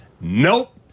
Nope